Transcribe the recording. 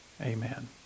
Amen